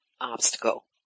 obstacle